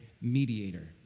mediator